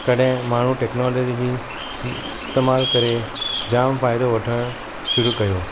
तॾहिं माण्हू टेक्नालॉजी जी इस्तेमालु करे जाम फ़ाइदो वठणु शुरू कयो